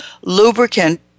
lubricant